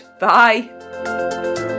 Bye